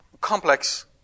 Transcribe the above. complex